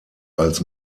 als